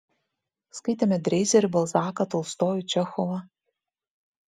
skaitėme dreizerį balzaką tolstojų čechovą